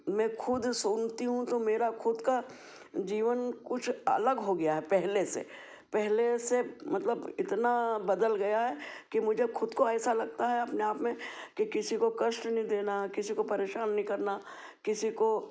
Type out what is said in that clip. मैं खुद सुनती हूँ तो मेरा खुद का जीवन कुछ अलग हो गया है पहले से पहले से मतलब इतना बदल गया है कि मुझे खुद को ऐसा लागता है अपने आप में किसी को कष्ट नहीं देना किसी को परेशान नहीं करना किसी को